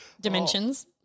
dimensions